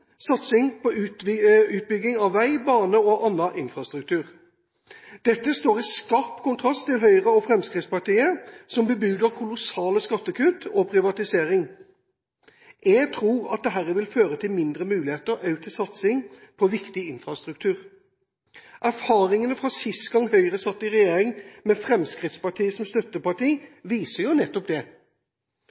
satsing på utbygging av vei, bane og annen infrastruktur. Dette står i skarp kontrast til Høyre og Fremskrittspartiet, som bebuder kolossale skattekutt og privatisering. Jeg tror at dette vil føre til mindre muligheter til satsing på viktig infrastruktur. Erfaringene fra sist gang Høyre satt i regjering med Fremskrittspartiet som støtteparti, viser jo nettopp det.